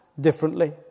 differently